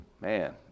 Man